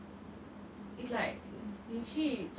weird to say that lah but that's the way it is lah